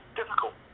difficult